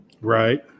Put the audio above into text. right